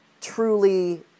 truly